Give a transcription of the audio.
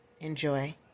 Enjoy